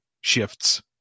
shifts